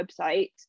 website